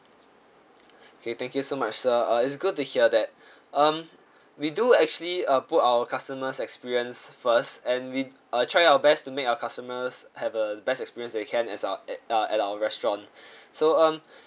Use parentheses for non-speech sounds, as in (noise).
okay thank you so much sir uh is good to hear that (breath) um we do actually uh put our customers' experience first and we uh try our best to make our customers have a the best experience they can as our at uh at our restaurant (breath) so um